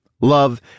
love